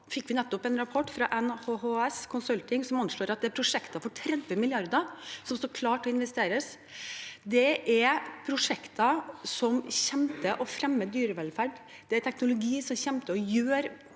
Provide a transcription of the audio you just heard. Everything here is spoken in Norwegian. Nå fikk vi nettopp en rapport fra NHHS Consulting som anslår at prosjekter for 30 mrd. kr står klare til å investeres i. Det er prosjekter som kommer til å fremme dyrevelferden. Det er teknologi som kommer til å gjøre